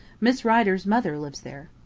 miss rider's mother lives there.